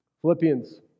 Philippians